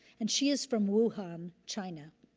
and she is from wuhan, china.